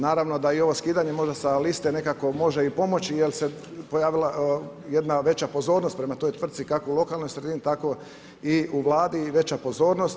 Naravno da i ovo skidanje možda sa liste nekako može i pomoći, jer se pojavila jedna veća pozornost prema toj tvrtci kako u lokalnoj sredini, tako i u Vladi veća pozornost.